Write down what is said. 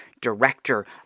director